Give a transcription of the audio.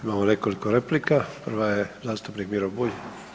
Imamo nekoliko replika, prva je zastupnik Miro Bulj.